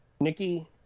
Nikki